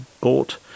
bought